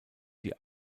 die